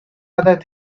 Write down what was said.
other